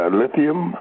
lithium